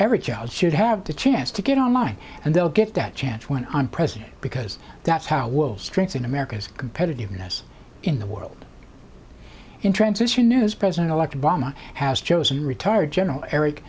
every child should have the chance to get online and they'll get that chance when i'm president because that's how we'll strengthen america's competitiveness in the world in transition as president elect obama has chosen retired general eric